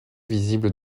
visible